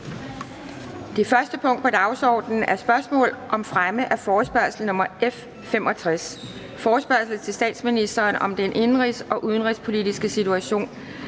Det første punkt på dagsordenen er: 1) Spørgsmål om fremme af forespørgsel nr. F 65: Forespørgsel til statsministeren om den indenrigs- og udenrigspolitiske situation.